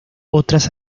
otras